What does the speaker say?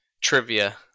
trivia